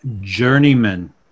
journeyman